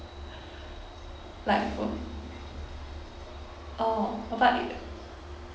like orh but